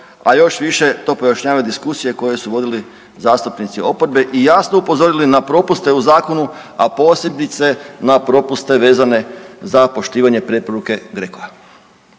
a još više to pojašnjavaju diskusije koje su vodili zastupnici oporbe i jasno upozorili na propuste u zakonu, a posebice na propuste vezane za poštivanje preporuke GRECO-a.